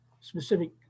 specific